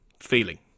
feeling